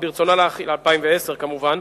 2010 כמובן,